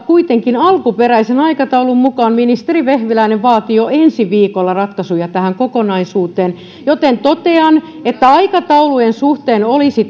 kuitenkin alkuperäisen aikataulun mukaan ministeri vehviläinen vaati jo ensi viikolla ratkaisuja tähän kokonaisuuteen joten totean että aikataulujen suhteen olisi